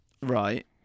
right